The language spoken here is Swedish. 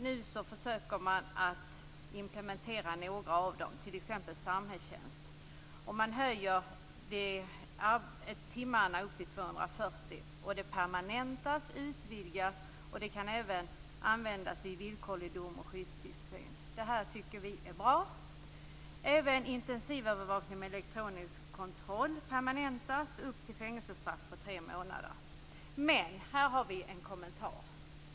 Nu försöker man genomföra några av alternativen, t.ex. samhällstjänst. Man höjer antalet timmar upp till 240. Påföljden permanentas och utvidgas och kan även användas vid villkorlig dom och vid skyddstillsyn. Det här tycker vi är bra. Även inensivövervakning med elektronisk kontroll permanentas vid fängelsestraff på upp till tre månader. Men här vi en kommentar.